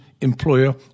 employer